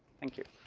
thank you.